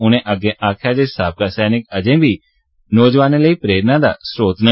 उनें अग्गै आक्खेआ जे साबका सैनिक अजें बी युवाएं लेई प्रेरणा दा स्रोत न